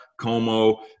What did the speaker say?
como